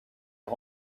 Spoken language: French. est